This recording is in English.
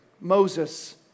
Moses